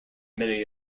many